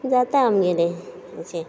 जाता आमगेलें अशें